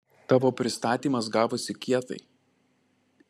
tavo pristatymas gavosi kietai